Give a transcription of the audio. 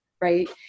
right